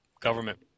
government